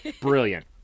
Brilliant